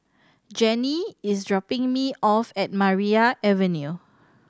Jannie is dropping me off at Maria Avenue